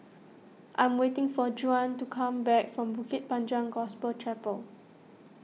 I am waiting for Juan to come back from Bukit Panjang Gospel Chapel